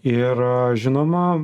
ir žinoma